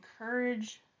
Encourage